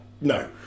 No